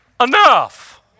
enough